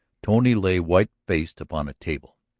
tony lay whitefaced upon a table,